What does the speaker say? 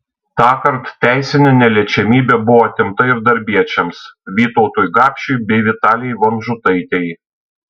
tąkart teisinė neliečiamybė buvo atimta ir darbiečiams vytautui gapšiui bei vitalijai vonžutaitei